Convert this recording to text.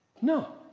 No